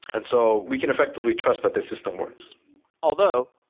and so we can effectively trust that the system works although,